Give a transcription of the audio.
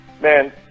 man